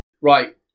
Right